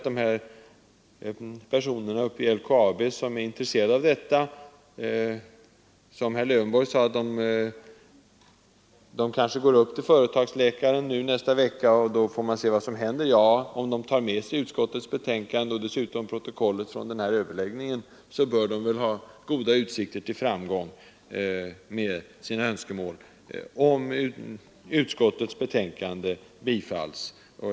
De här personerna i LKAB som är intresserade av frågan går kanske till företagsläkaren nästa vecka, sade herr Lövenborg, och då får man se vad som händer. Ja, tar de med sig utskottets betänkande och dessutom protokollet från den här överläggningen, bör de ha goda utsikter till framgång med sina önskemål, om utskottets hemställan bifalls.